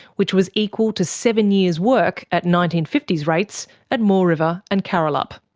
which was equal to seven years' work at nineteen fifty s rates at moore river and carrolup.